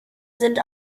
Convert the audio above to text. sind